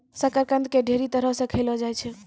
शकरकंद के ढेरी तरह से खयलो जाय छै